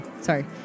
Sorry